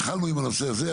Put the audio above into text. התחלנו עם הנושא הזה,